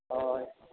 ᱦᱳᱭ